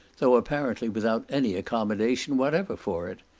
though apparently without any accommodation whatever for it.